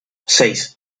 seis